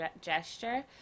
gesture